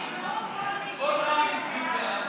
שישמעו כל מי שהצביעו בעד.